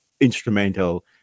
instrumental